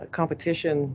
competition